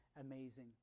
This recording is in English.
amazing